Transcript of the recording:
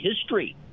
history